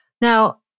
Now